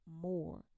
more